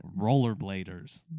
rollerbladers